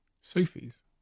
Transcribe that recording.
Sufis